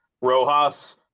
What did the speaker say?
Rojas